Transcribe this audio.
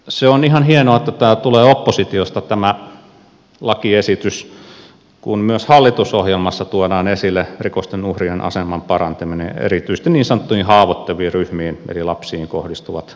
se on ihan hienoa että tämä lakiesitys tulee oppositiosta kun myös hallitusohjelmassa tuodaan esille rikosten uhrien aseman parantaminen ja erityisesti niin sanottuihin haavoittuviin ryhmiin eli lapsiin kohdistuvat rikokset